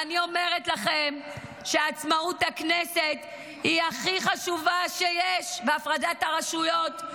ואני אומרת לכם שעצמאות הכנסת היא הכי חשובה שיש בהפרדת הרשויות.